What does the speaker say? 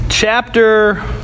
chapter